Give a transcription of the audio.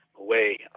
away